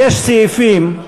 יש סעיפים,